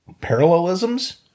parallelisms